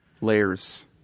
Layers